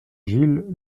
gilles